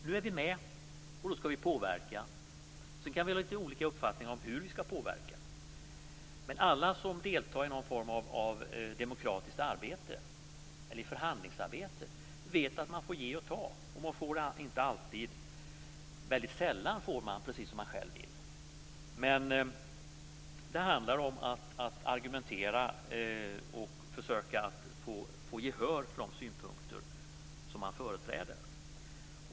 Nu är vi med, och då skall vi påverka. Sedan kan vi ha olika uppfattningar om hur vi skall påverka. Alla som deltar i någon form av demokratiskt arbete eller förhandlingsarbete vet att man får ge och ta och att man väldigt sällan får precis som man själv vill. Det handlar om att argumentera och försöka få gehör för de synpunkter som man företräder.